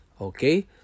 okay